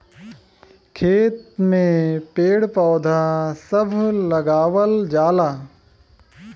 खेत में पेड़ पौधा सभ लगावल जाला